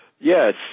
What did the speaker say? Yes